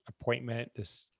appointment